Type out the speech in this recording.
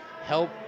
help